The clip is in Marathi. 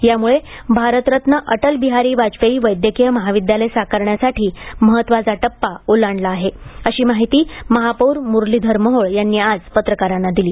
त्यामुळे भारतरत्न अटल बिहारी वाजपेयी वैद्यकीय महाविद्यालय साकारण्यासाठी महत्त्वाचा टप्पा ओलांडला आहे अशी माहिती महापौर मुरलीधर मोहोळ यांनी आज पत्रकारांना दिली